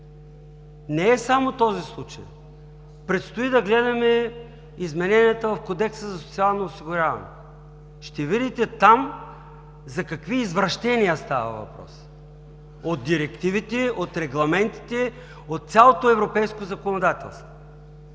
Не е само този случай. Предстои да гледаме измененията в Кодекса за социално осигуряване. Там ще видите за какви извращения става въпрос от директивите, от регламентите, от цялото европейско законодателство.